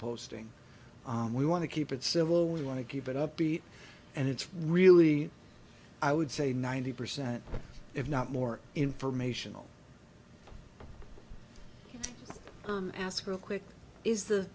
posting and we want to keep it civil we want to keep it up beat and it's really i would say ninety percent if not more informational ask real quick is the